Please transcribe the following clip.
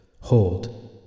Hold